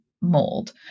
mold